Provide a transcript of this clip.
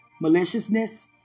maliciousness